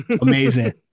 amazing